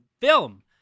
film